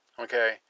Okay